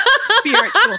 spiritual